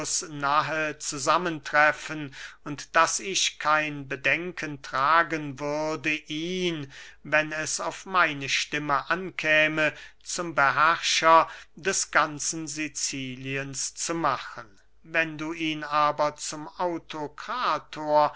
zusammentreffen und daß ich kein bedenken tragen würde ihn wenn es auf meine stimme ankäme zum beherrscher des ganzen siciliens zu machen wenn du ihn aber zum